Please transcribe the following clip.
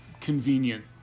convenient